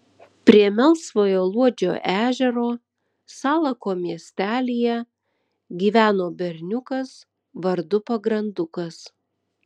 prie melsvojo luodžio ežero salako miestelyje gyveno berniukas vardu pagrandukas